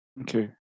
Okay